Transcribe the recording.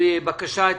הבקשה?